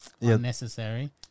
unnecessary